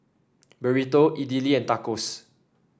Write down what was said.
Burrito Idili and Tacos